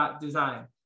design